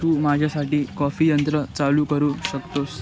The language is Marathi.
तू माझ्यासाठी कॉफी यंत्र चालू करू शकतोस